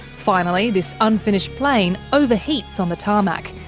finally, this unfinished plane overheats on the tarmac.